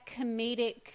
comedic